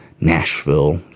Nashville